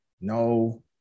No